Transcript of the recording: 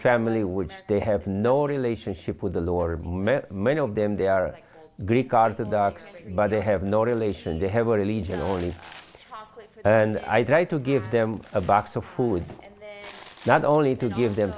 family which they have no relationship with the lord or many of them they are greek aardvarks but they have no relation to have religion on me and i try to give them a box of food not only to give them